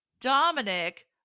Dominic